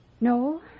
No